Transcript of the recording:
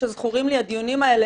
שזכורים לי הדיונים האלה,